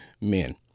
Men